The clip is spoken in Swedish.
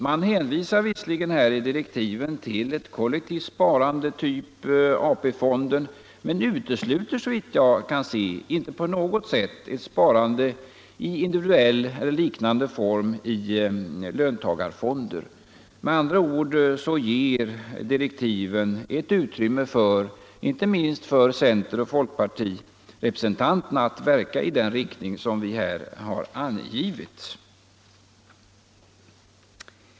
Man hänvisar visserligen i direktiven till ett kollektivt sparande, typ AP-fonden, men det utesluter såvitt jag kan se inte på något sätt ett sparande i individuell eller liknande form i löntagarfonder. Direktiven ger alltså utrymme för inte minst centeroch folkpartirepresentanterna att verka i den riktning som vi har angivit.